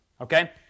okay